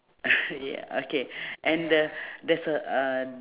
ya okay and the there's a uhh